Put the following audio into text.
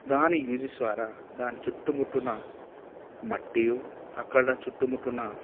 దాని యూసెజ్ ద్వారా దాని చుట్టు ముట్టి ఉన్న మట్టియు అక్కడ చుట్టి ముట్టి ఉన్న